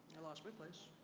i lost my place.